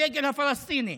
הדגל הפלסטיני.